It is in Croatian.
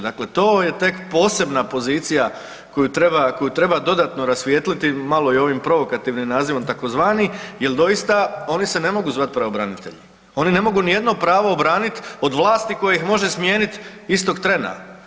Dakle, to je tak posebna pozicija koju treba dodatno rasvijetliti malo i ovim provokativnim nazivom takozvani jel doista oni se ne mogu zvati pravobranitelji, oni ne mogu nijedno pravo obranit od vlasti koja ih može smijenit istog trena.